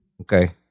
Okay